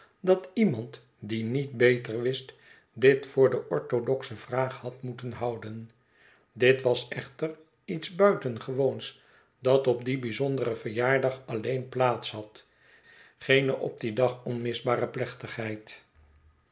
dat iemand die niet beter wist dit voor de orthodoxe vraag had moeten houden dit was echter iets buitengewoons dat op dien bijzonderen verjaardag alleen plaats had geene op dien dag onmisbare plechtigheid